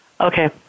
Okay